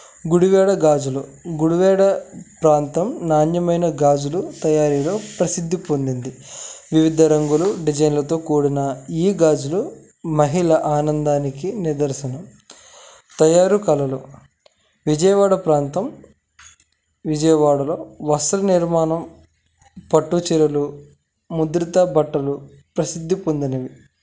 గుడివాడ గాజులు గుడివాడ ప్రాంతం నాణ్యమైన గాజులు తయారీలో ప్రసిద్ధి పొందింది వివిధ రంగులు డిజైన్లతో కూడిన ఈ గాజులు మహిళ ఆనందానికి నిదర్శనం తయారు కళలు విజయవాడ ప్రాంతం విజయవాడలో వస్త్ర నిర్మాణం పట్టుచీరలు ముద్రతా బట్టలు ప్రసిద్ధి పొందినవి